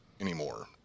anymore